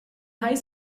high